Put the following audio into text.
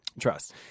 Trust